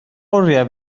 oriau